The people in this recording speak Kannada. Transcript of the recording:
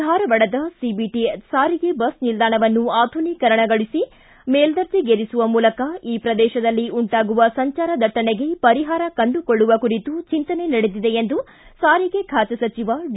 ಧಾರವಾಡದ ಸಿಬಿಟಿ ಸಾರಿಗೆ ಬಸ್ ನಿಲ್ದಾಣವನ್ನು ಆಧುನೀಕರಣಗೊಳಿಸಿ ಮೇಲ್ನಚೇಗೇರಿಸುವ ಮೂಲಕ ಈ ಪ್ರದೇಶದಲ್ಲಿ ಉಂಟಾಗುವ ಸಂಚಾರ ದಟ್ಟಣೆಗೆ ಪರಿಹಾರ ಕಂಡುಕೊಳ್ಳುವ ಕುರಿತು ಚಿಂತನೆ ನಡೆದಿದೆ ಎಂದು ಸಾರಿಗೆ ಖಾತೆ ಸಚಿವ ಡಿ